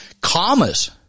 commas